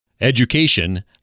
education